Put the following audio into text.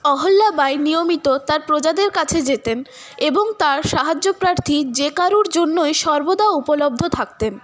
অহল্যাবাঈ নিয়মিত তার প্রজাদের কাছে যেতেন এবং তার সাহায্যপ্রার্থী যে কারুর জন্যই সর্বদা উপলব্ধ থাকতেন